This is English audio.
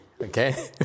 Okay